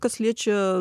kas liečia